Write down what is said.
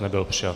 Nebyl přijat.